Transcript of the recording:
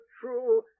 true